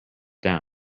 down